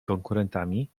konkurentami